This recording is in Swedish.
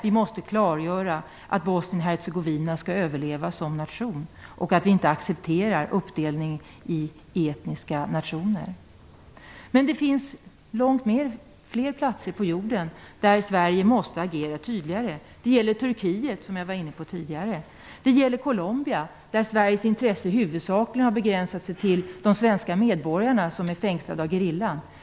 Vi måste klargöra att Bosnien Hercegovina skall överleva som nation och att vi inte accepterar en uppdelning i etniska nationer. Men det finns många flera platser på jorden där Sverige måste agera tydligare. Det gäller Turkiet, som jag tidigare var inne på. Det gäller Colombia, där Sveriges intresse huvudsakligen har begränsat sig till de svenska medborgare som är fängslade av gerillan.